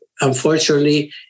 Unfortunately